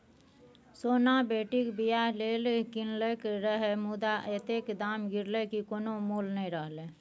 सोना बेटीक बियाह लेल कीनलकै रहय मुदा अतेक दाम गिरलै कि कोनो मोल नहि रहलै